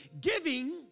giving